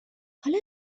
حالا